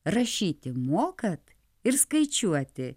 rašyti mokat ir skaičiuoti